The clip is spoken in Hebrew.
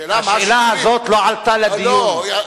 השאלה הזאת לא עלתה בדיון.